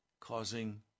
causing